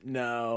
no